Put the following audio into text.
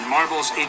Marvel's